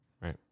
Right